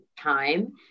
time